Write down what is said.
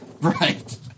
Right